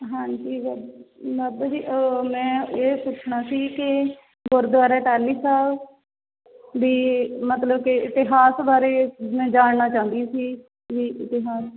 ਹਾਂਜੀ ਬਾਬਾ ਜੀ ਉਹ ਮੈਂ ਇਹ ਪੁੱਛਣਾ ਸੀ ਕਿ ਗੁਰਦੁਆਰੇ ਟਾਹਲੀ ਸਾਹਿਬ ਵੀ ਮਤਲਬ ਕਿ ਇਤਿਹਾਸ ਬਾਰੇ ਮੈਂ ਜਾਣਨਾ ਚਾਹੁੰਦੀ ਸੀ ਕੀ ਇਤਿਹਾਸ